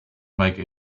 make